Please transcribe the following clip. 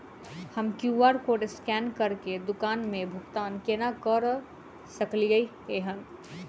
हम QR code scan करके दुकान मे भुगतान केना करऽ सकलिये एहन?